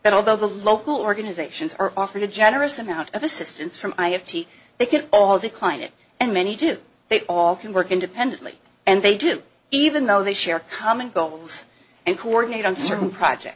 that although the local organizations are offered a generous amount of assistance from i have to they can all decline it and many do they all can work independently and they do even though they share common goals and coordinate on certain project